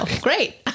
Great